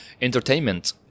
Entertainment